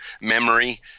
memory